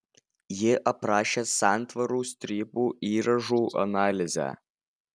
ji aprašė santvarų strypų įrąžų analizę